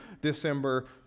December